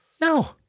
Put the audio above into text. No